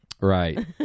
Right